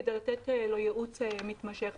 כדי לתת לו ייעוץ מתמשך.